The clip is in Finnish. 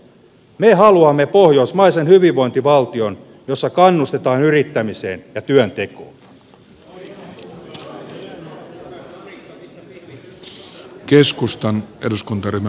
me haluamme pohjoismaisen hyvinvointivaltion jossa kannustetaan yrittämiseen ja työntekoon